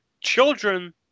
children